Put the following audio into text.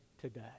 today